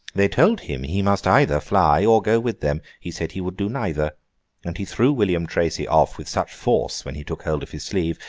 they told him he must either fly or go with them. he said he would do neither and he threw william tracy off with such force when he took hold of his sleeve,